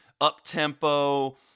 up-tempo